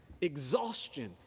exhaustion